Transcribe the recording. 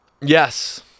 Yes